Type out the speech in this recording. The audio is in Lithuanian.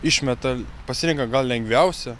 išmeta pasirenka gal lengviausią